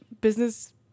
business